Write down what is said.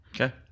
Okay